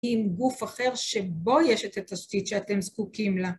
עם גוף אחר שבו יש את התשתית שאתם זקוקים לה.